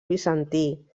bizantí